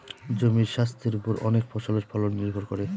জমির স্বাস্থের ওপর অনেক ফসলের ফলন নির্ভর করে